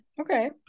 okay